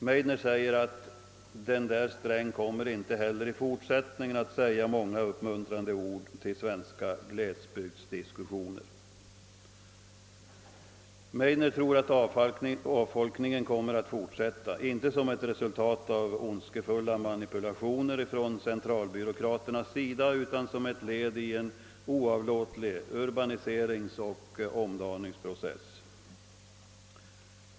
Meidner skriver att »den där Sträng kommer inte heller i fortsättningen att säga många uppmuntrande ord till svenska glesbygdsdiskussioner». Meidner tror att avfolkningen kommer att fortsätta, inte som ett resultat av ondskefulla manipulationer från centralbyråkraternas sida utan som ett led i en oavlåtlig urbaniseringsoch omdaningsprocess.